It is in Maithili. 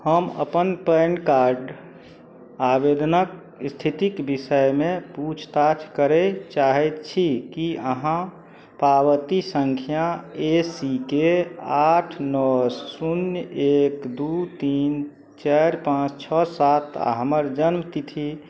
हम अपन पैन कार्ड आवेदनके इस्थितिके विषयमे पूछताछ करै चाहै छी कि अहाँ पावती सँख्या ए सी के आठ नओ शून्य एक दुइ तीन चारि पाँच छओ सात आओर हमर जनमतिथि